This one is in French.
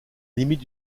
limite